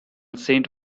saint